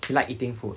he like eating food